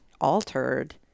altered